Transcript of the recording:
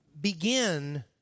begin